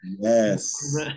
yes